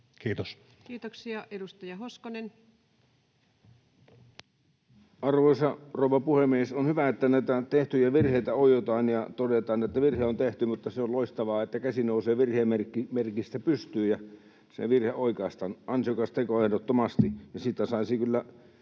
Kiitos. Kiitoksia. — Edustaja Hoskonen. Arvoisa rouva puhemies! On hyvä, että näitä tehtyjä virheitä oiotaan ja todetaan, että virhe on tehty. Mutta se on loistavaa, että käsi nousee virheen merkiksi pystyyn ja se virhe oikaistaan. Ansiokas teko ehdottomasti, ja siitä saisi kyllä